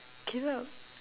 caleb